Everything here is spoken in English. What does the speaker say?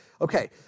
Okay